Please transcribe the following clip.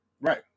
Right